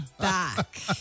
back